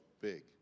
big